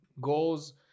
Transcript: goals